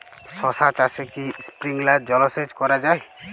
শশা চাষে কি স্প্রিঙ্কলার জলসেচ করা যায়?